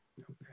Okay